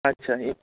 আচ্ছা এটা